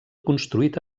construït